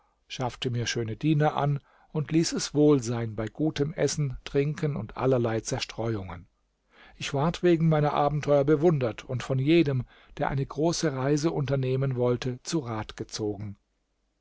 schaffte mir schöne diener an und ließ es wohl sein bei gutem essen trinken und allerlei zerstreuungen ich ward wegen meiner abenteuer bewundert und von jedem der eine große reise unternehmen wollte zu rat gezogen